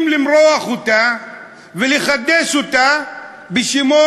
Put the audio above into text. החלקים האחרים, שנמצאים בצפון,